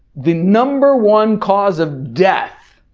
the number one cause of death,